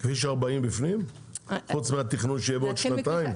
כביש 40 בפנים, חוץ מהתכנון שיהיה בעוד שנתיים?